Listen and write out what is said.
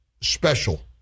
special